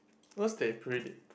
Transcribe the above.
because they